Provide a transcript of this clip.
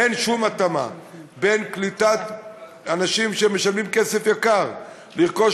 אין שום התאמה בין קליטת אנשים שמשלמים כסף יקר לרכוש